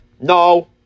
No